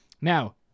Now